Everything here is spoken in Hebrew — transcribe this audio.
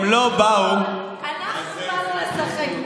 הם באו לעבוד, אנחנו באנו לשחק.